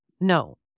No